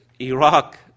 Iraq